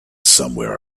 somewhere